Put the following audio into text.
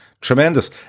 tremendous